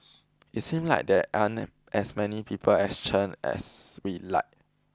it seem like there aren't as many people as Chen as we'd like